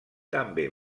també